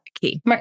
key